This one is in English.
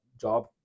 job